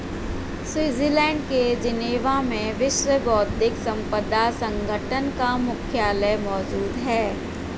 Switzerland के Geneva में विश्व बौद्धिक संपदा संगठन का मुख्यालय मौजूद है